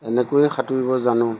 এনেকৈয়ে সাঁতুৰিব জানো